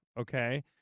Okay